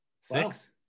Six